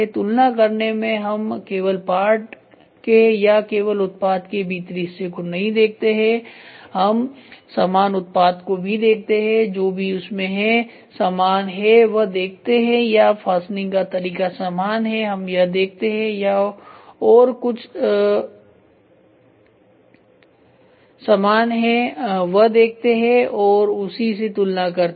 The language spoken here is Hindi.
तुलना करने में हम केवल पार्ट के या केवल उत्पाद के भीतरी हिस्से को नहीं देखते हैं हम समान उत्पाद को भी देखते हैं जो भी उसमें है समान है वह देखते हैं या फास्टनिंग का तरीका समान है यह देखते हैं या और कुछ समान है वह देखते हैं और उसी से तुलना करते हैं